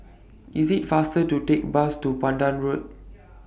IS IT faster to Take Bus to Pandan Road